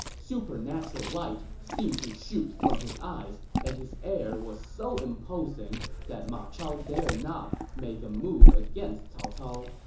supernatural light seemed to shoot from his eyes, and his air was so imposing that ma chao dared not make a move against cao cao.